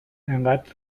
انقدر